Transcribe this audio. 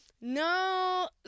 No